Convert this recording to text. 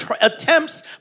attempts